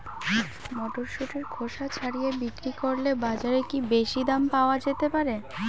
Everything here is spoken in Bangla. মটরশুটির খোসা ছাড়িয়ে বিক্রি করলে বাজারে কী বেশী দাম পাওয়া যেতে পারে?